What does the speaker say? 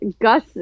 Gus